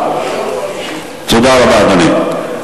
תודה רבה, אדוני.